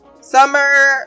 Summer